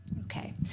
Okay